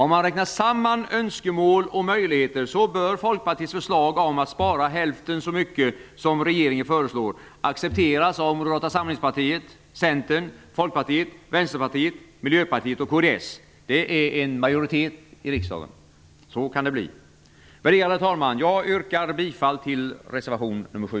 Om man räknar samman önskemål och möjligheter bör Folkpartiets förslag om att spara hälften så mycket som regeringen föreslår accepteras av Moderata samlingspartiet, Centern, Folkpartiet, Vänsterpartiet, Miljöpartiet och kds, dvs. en majoritet i riksdagen. Så kan det bli. Värderade talman! Jag yrkar bifall till reservation nr 7.